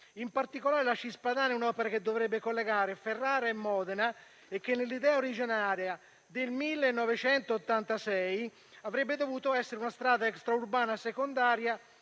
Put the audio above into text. In particolare, la Cispadana è un'opera che dovrebbe collegare Ferrara e Modena e che, nell'idea originaria del 1986, avrebbe dovuto essere una strada extraurbana secondaria